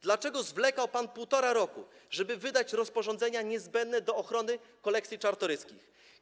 Dlaczego zwlekał pan półtora roku, żeby wydać rozporządzenia niezbędne do ochrony kolekcji Czartoryskich?